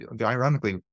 ironically